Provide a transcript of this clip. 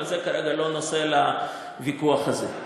אבל זה כרגע לא נושא לוויכוח הזה.